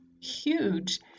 huge